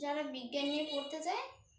যারা বিজ্ঞান নিয়ে পড়তে চায়